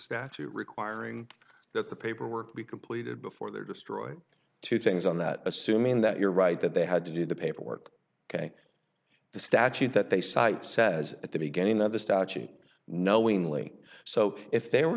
statute requiring that the paperwork be completed before they are destroyed two things on that assuming that you're right that they had to do the paperwork ok the statute that they cite says at the beginning of the statute knowingly so if they were